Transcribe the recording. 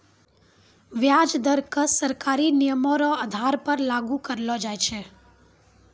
व्याज दर क सरकारी नियमो र आधार पर लागू करलो जाय छै